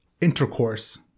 intercourse